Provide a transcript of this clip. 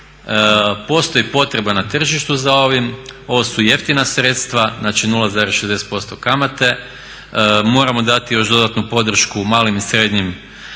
postoji potreba na tržištu za ovim, ovo su jeftina sredstva znači 0,60% kamate, moramo dati još dodatnu podršku malim i srednjim